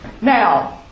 Now